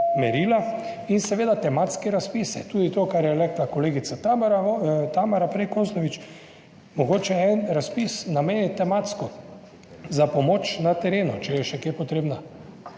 in seveda tematske razpise, tudi to, kar je rekla kolegica Tamara, Tamara prej Kozlovič, mogoče en razpis nameniti tematsko za pomoč na terenu, če je še kje potrebna,